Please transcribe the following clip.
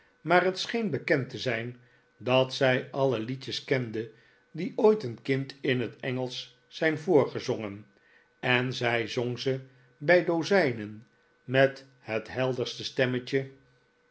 maar net scheen bekend te zijn dat zij alle liedjes kende die ooit een kind in het engelsch zijn voorgezongen en zij zong ze bij dozijnen met het helderste stemmetje